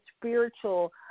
spiritual